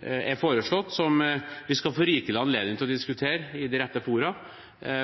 er foreslått, som vi skal få rikelig anledning til å diskutere i de rette fora,